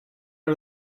are